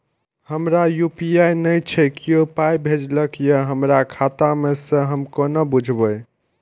हमरा यू.पी.आई नय छै कियो पाय भेजलक यै हमरा खाता मे से हम केना बुझबै?